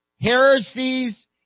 heresies